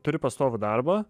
turi pastovų darbą